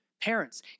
parents